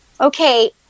Okay